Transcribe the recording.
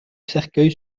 cercueil